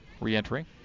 re-entering